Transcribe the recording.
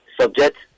Subject